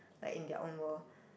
like in their own world